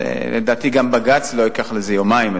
לדעתי גם בג"ץ לא ייקח לזה יומיים.